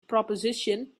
proposition